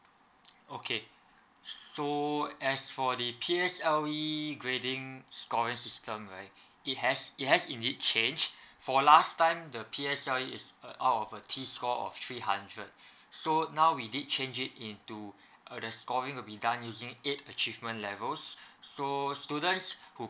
okay so as for the P_S_L_E grading scoring system right it has it has indeed changed for last time the P_S_L_E is uh out of a T score of three hundred so now we did change it into uh the scoring will be done using eight achievement levels so students who